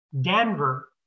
Denver